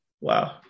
Wow